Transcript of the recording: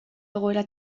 egoera